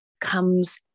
comes